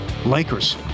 lakers